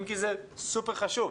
אם כי זה סופר חשוב.